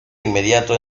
inmediato